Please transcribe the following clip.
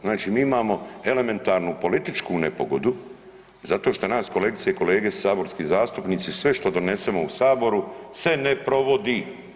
Znači imamo elementarnu političku nepogodu zato što nas kolegice i kolege saborski zastupnici sve što donesemo u Saboru se ne provodi.